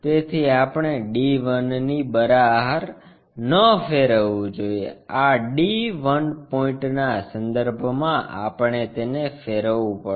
તેથી આપણે d 1 ની બહાર ન ફેરવવું જોઈએ આ d 1 પોઇન્ટ ના સંદર્ભમાં આપણે તેને ફેરવવું પડશે